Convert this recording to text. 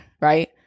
right